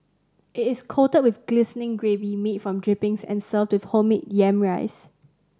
it is coated with glistening gravy made from drippings and served with homemade yam rice